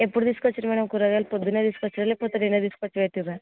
ఎప్పుడు తీసుకొచ్చిర్రు మ్యాడమ్ కూరగాయలు పొద్దున్న తీసుకొచ్చిర్రా లేకపోతే నిన్న తీసుకొచ్చి పెట్టిర్రా